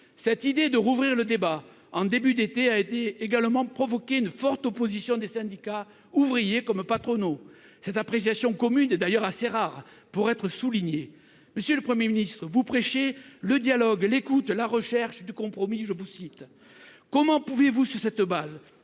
Cette idée de rouvrir le débat en début d'été a également provoqué une forte opposition des syndicats, ouvriers comme patronaux. Cette appréciation commune est d'ailleurs assez rare pour être soulignée. Monsieur le Premier ministre, vous prêchez le « dialogue »,« l'écoute » et « la recherche du compromis ». Comment pouvez-vous sur cette base